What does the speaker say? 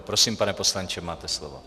Prosím, pane poslanče, máte slovo.